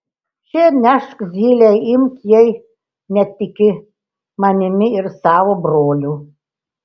še nešk zylei imk jei netiki manimi ir savo broliu